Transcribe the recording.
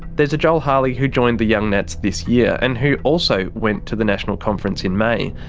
there's a joel harley who joined the young nats this year, and who also went to the national conference in may.